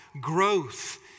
growth